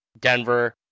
Denver